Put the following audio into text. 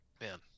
Man